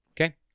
Okay